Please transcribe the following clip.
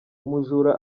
umujura